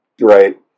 Right